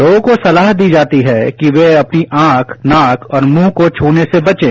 लोगों को सलाह दी जाती है कि वे अपनीआंख नाक और मुंह को छूने से बचें